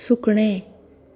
सुकणें